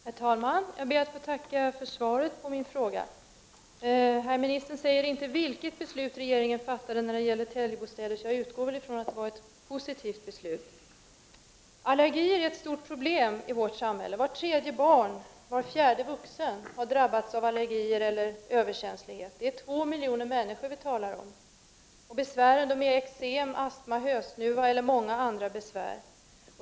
Herr talman! Jag ber att få tacka för svaret på min fråga. Herr ministern säger inte vilket beslut regeringen fattade när det gäller Telgebostäder. Jag utgår från att det var ett positivt beslut. Allergier är ett stort problem i vårt samhälle. Vart tredje barn och var fjärde vuxen har drabbats av allergier eller överkänslighet. Det är två miljoner människor vi talar om. Besvären utgörs av eksem, astma, hösnuva m.fl.